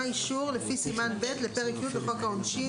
אישור לפי סימן ב' לפרק י' בחוק העונשין.